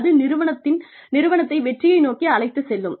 அது நிறுவனத்தை வெற்றியை நோக்கி அழைத்துச் செல்லும்